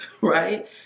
right